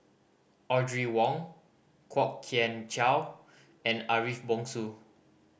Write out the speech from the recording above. Audrey Wong Kwok Kian Chow and Ariff Bongso